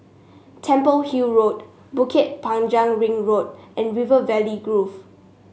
Temple Hill Road Bukit Panjang Ring Road and River Valley Grove